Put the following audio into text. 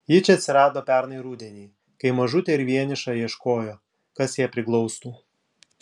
ji čia atsirado pernai rudenį kai mažutė ir vieniša ieškojo kas ją priglaustų